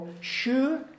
sure